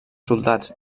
soldats